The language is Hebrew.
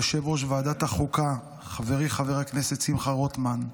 ליושב-ראש ועדת החוקה חברי חבר הכנסת שמחה רוטמן,